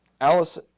Alice